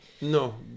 no